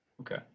Okay